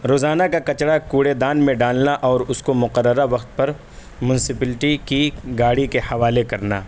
روزانہ کا کچرا کوڑے دان میں ڈالنا اور اس کو مقررہ وقت پر میونسپلٹی کی گاڑی کے حوالے کرنا